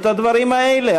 את הדברים האלה,